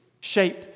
shape